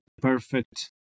perfect